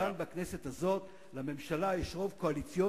כאן בכנסת הזאת לממשלה יש רוב קואליציוני,